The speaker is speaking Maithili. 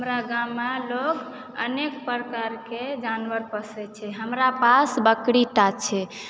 हमरा गाममे लोक अनेक प्रकारके जानवर पोसै छै हमरा पास बकरीटा छै